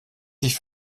sich